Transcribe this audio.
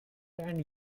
and